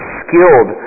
skilled